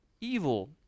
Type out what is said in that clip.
evil